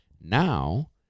now